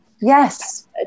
Yes